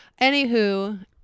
Anywho